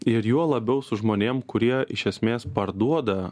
ir juo labiau su žmonėm kurie iš esmės parduoda